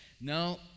No